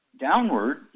downward